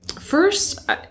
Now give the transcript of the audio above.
first